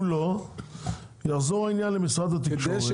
אם לא, יחזור העניין למשרד התקשורת.